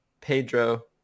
Pedro